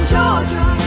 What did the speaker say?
Georgia